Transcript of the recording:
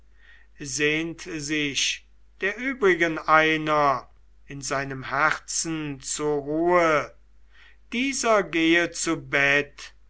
sehnt sich der übrigen einer in seinem herzen zur ruhe dieser gehe zu bett